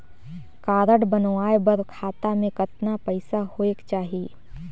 Card बनवाय बर खाता मे कतना पईसा होएक चाही?